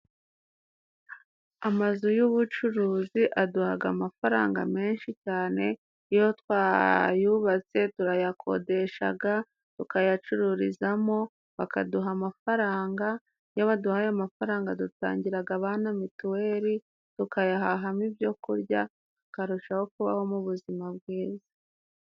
Amazu y'ubucuruzi aduhaga amafaranga menshi cyane. Iyo twayubatse turayakodeshaga, tukayacururizamo, bakaduha amafaranga. Iyo baduhaye amafaranga, dutangiraga abana mituweli. Tukayahahamo ibyo kurya, tukarushaho kubaho mu buzima bwiza.